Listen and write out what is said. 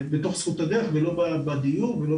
בתוך זכות הדרך ולא בדיור ולא